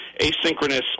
asynchronous